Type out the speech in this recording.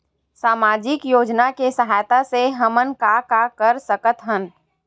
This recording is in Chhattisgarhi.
सामजिक योजना के सहायता से हमन का का कर सकत हन?